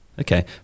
Okay